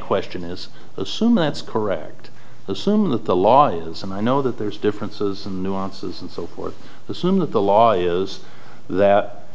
question is assume that's correct assume that the law is and i know that there's differences and nuances and so forth the some of the law is that